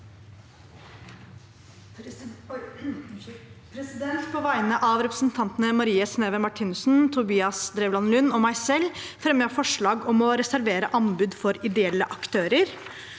På vegne av represen- tantene Marie Sneve Martinussen, Tobias Drevland Lund og meg selv fremmer jeg et forslag om å reservere anbud for ideelle aktører.